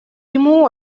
ему